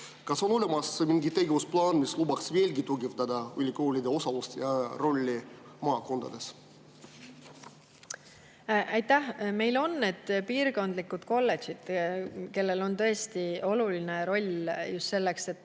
Kas on olemas mingi tegevusplaan, mis lubaks veelgi tugevdada ülikoolide osalust ja rolli maakondades? Aitäh! Meil on piirkondlikud kolledžid, kellel on tõesti oluline roll just selles,